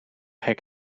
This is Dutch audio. hek